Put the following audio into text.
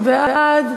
מי בעד?